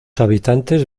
habitantes